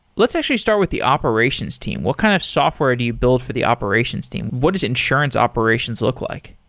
let's actually start with the operations team. what kind of software do you build for the operations team? what is insurance operations look like?